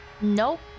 Nope